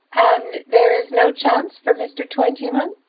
and there is no chance for mr. twentyman?